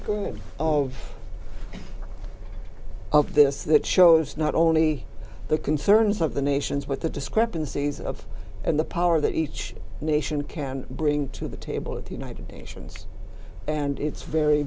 of of this that shows not only the concerns of the nations but the discrepancies of and the power that each nation can bring to the table at the united nations and it's very